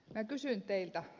minä kysyn teiltä